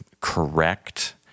correct